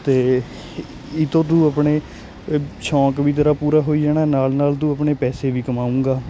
ਅਤੇ ਇਹ ਤੋਂ ਤੂੰ ਆਪਣੇ ਸ਼ੌਂਕ ਵੀ ਤੇਰਾ ਪੂਰਾ ਹੋਈ ਜਾਣਾ ਨਾਲ ਨਾਲ ਤੂੰ ਆਪਣੇ ਪੈਸੇ ਵੀ ਕਮਾਊਂਗਾ